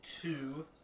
two